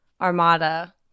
Armada